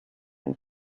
and